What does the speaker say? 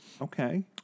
Okay